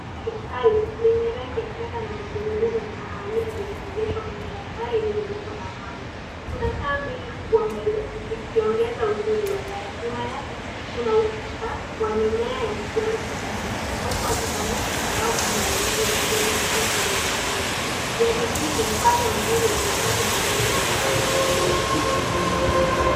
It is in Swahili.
Gari ya kale lenye rangi ya fedha na magurudumu ya kahawia limeegeshwa kwenye barabara iliyojengwa na mawe. Kuna taa mbili kubwa mbele zikiongeza uzuri wa gari. Nyuma yake kuna ukuta wa mimea ya kijani kibichi. uwepo wa kisanduku cha mbao kando ya gari unaongeza mguso wa zamani. Gari hili ni mfano mzuri wa kuhifadhi magari za kale.